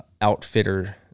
outfitter